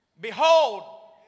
behold